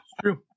true